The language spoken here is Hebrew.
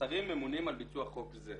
השרים ממונים על ביצוע חוק זה.